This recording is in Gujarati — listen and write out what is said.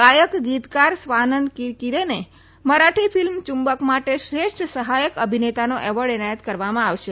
ગાયક ગીતકાર સ્વાનંદ કિરકિરેને મરાઠી ફિલ્મ ચુમ્બક માટે શ્રેષ્ઠ સહાયક અભિનેતાનો એવોર્ડ એનાયત કરવામાં આવશે